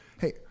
Hey